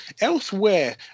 Elsewhere